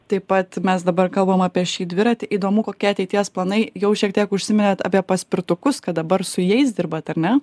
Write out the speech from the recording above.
taip pat mes dabar kalbam apie šį dviratį įdomu kokie ateities planai jau šiek tiek užsiminėt apie paspirtukus kad dabar su jais dirbat ar ne